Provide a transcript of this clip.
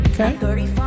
Okay